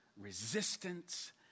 resistance